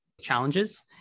challenges